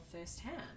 firsthand